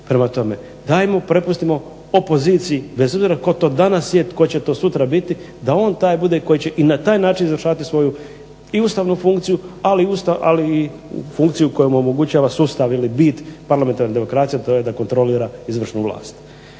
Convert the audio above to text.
prema tome dajmo prepustimo opoziciji bez obzira tko to danas je, tko će to sutra biti da on taj bude koji će i na taj način izvršavati svoju i ustavnu funkciju, ali i funkciju koju mu omogućava sustav ili bit parlamentarne demokracije, to je da kontrolira izvršnu vlast.